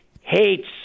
hates